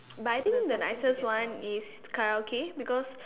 but I think the nicest one is Karaoke because